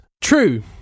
true